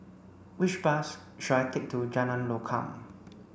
which bus should I take to Jalan Lokam